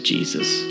Jesus